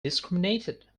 discriminated